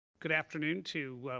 good afternoon to